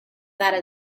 that